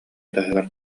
таһыгар